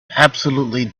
absolutely